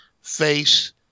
face